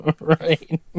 Right